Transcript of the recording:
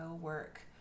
work